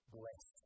bless